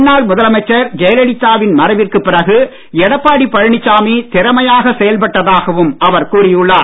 முன்னாள் முதலமைச்சர் ஜெயலலிதாவின் மறைவிற்கு பிறகு எடப்பாடி பழனிசாமி திறமையாக செயல்பட்டதாகவும் அவர் கூறியுள்ளார்